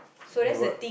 you know what